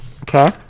Okay